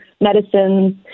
medicines